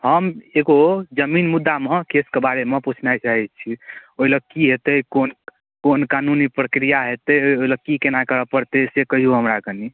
हम एगो जमीन मुद्दामे केसके बारेमे पुछनाइ चाहैत छी ओहि लेल की हेतै कोन कोन कानूनी प्रक्रिया हेतै ओहि लेल की केना करय पड़तै से कहिऔ हमरा कनि